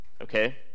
Okay